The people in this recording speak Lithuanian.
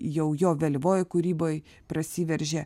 jau jo vėlyvojoj kūryboj prasiveržia